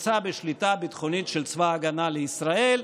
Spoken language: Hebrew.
בשליטה ביטחונית של צבא הגנה לישראל.